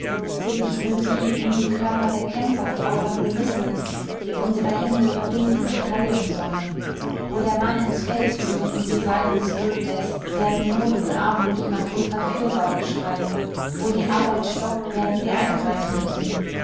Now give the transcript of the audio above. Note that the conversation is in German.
sind nicht nur die in die körper der kämpfer grausam gerissenen die unsere hände verbinden und heilen sollen wo der mann ins feld zieht und die seinen zurückläßt werden not und armut nach unserer fürsorge schreien wo die arbeit stockt werden wir eingreifen müssen